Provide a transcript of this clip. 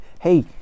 Hey